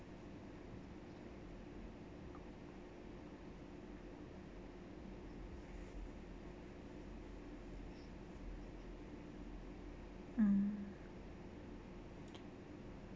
mm